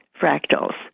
fractals